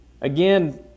Again